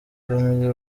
family